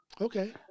Okay